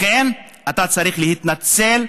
לכן אתה צריך להתנצל,